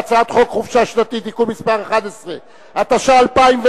אין חוק חופשה שנתית (תיקון מס' 11), התש"ע 2010,